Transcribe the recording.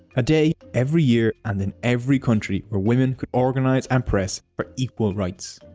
a day every year and in every country were women could organise and press for equal rights.